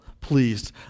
pleased